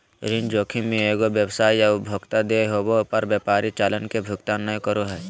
ऋण जोखिम मे एगो व्यवसाय या उपभोक्ता देय होवे पर व्यापारी चालान के भुगतान नय करो हय